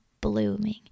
blooming